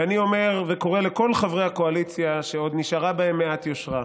אני אומר וקורא לכל חברי הקואליציה שעוד נשארה בהם מעט יושרה,